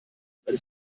wenn